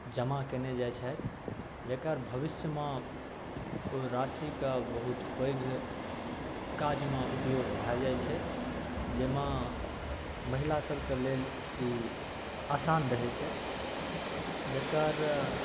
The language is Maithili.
जमा केने जाइ छथि जकर भविष्यमे ओहि राशिके बहुत पैघ काजमे उपयोग भऽ जाइ छै जाहिमे महिलासबके लेल ई आसान रहै छै जकर